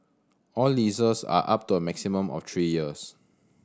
all leases are up to a maximum of three years